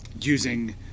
using